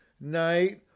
night